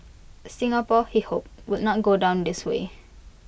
Singapore he hoped would not go down this way